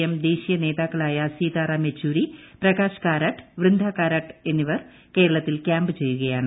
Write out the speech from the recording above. M ദേശീയ നേതാക്കളായ സീതാറാം യെച്ചൂരി പ്രകാശ് കാരാട്ട് വൃന്ദ കാരാട്ട് എന്നിവർ കേരളത്തിൽ ക്യാമ്പ് ചെയ്യുകയാണ്